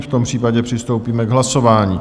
V tom případě přistoupíme k hlasování.